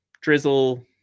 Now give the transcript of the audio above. Drizzle